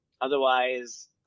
Otherwise